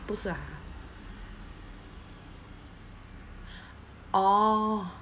不是啊 orh